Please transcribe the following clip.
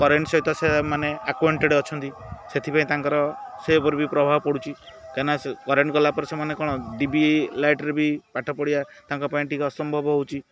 current ସହିତ ସେମାନେ acquainted ଅଛନ୍ତି ସେଥିପାଇଁ ତାଙ୍କର ସେ ଉପରେ ବି ପ୍ରଭାବ ପଡ଼ୁଛି କାହିଁକିନା କରେଣ୍ଟ୍ ଗଲାପରେ ସେମାନେ କ'ଣ ଡିବି ଲାଇଟ୍ରେ ବି ପାଠ ପଢ଼ିବା ତାଙ୍କ ପାଇଁ ଟିକେ ଅସମ୍ଭବ ହେଉଛି